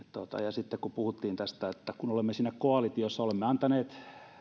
sitten kun puhuttiin tästä että olemme siinä koalitiossa olemme antaneet